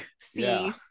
see